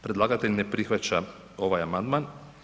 Predlagatelj ne prihvaća ovaj amandman.